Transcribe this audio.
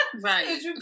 right